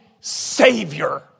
Savior